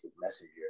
messenger